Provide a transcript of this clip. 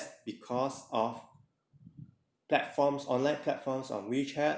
because of platforms online platforms on wechat